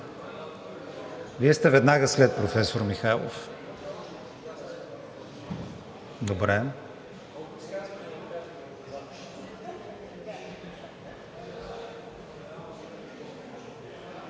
Вие сте веднага след професор Михайлов.